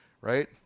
Right